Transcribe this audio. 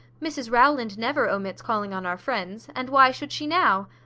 mrs rowland never omits calling on our friends and why should she now?